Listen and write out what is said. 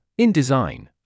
InDesign